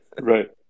Right